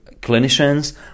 clinicians